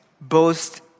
boast